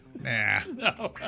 Nah